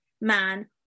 man